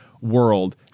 world